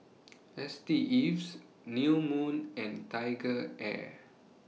S T Ives New Moon and Tiger Air